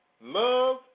love